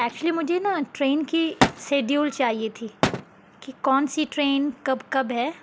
actually مجھے نا train کی شیڈیول چاہیے تھی کہ کون سی ٹرین کب کب ہے